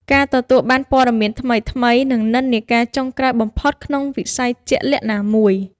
ការទទួលបានព័ត៌មានថ្មីៗ និងនិន្នាការចុងក្រោយបំផុតក្នុងវិស័យជាក់លាក់ណាមួយ។